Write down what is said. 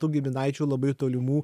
tų giminaičių labai tolimų